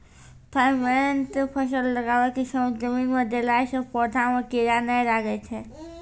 Thimet फ़सल लगाबै के समय जमीन मे देला से पौधा मे कीड़ा नैय लागै छै?